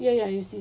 ya ya receive